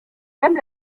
même